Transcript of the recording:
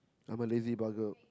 I'm a lazy bugger